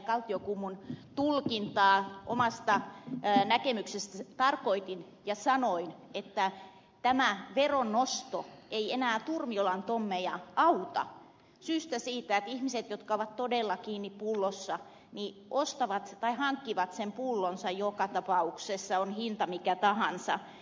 kaltiokummun tulkintaa omasta näkemyksestäni että tarkoitin ja sanoin että tämä veron nosto ei enää turmiolan tommeja auta syystä siitä että ihmiset jotka ovat todella kiinni pullossa ostavat tai hankkivat sen pullonsa joka tapauksessa on hinta mikä tahansa